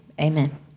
amen